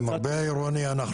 למרבה האירוניה,